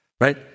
Right